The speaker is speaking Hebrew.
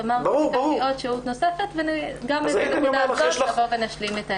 אמרתי שנידרש לעוד שהות נוספת ואז נשלים את העמדה.